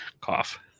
Cough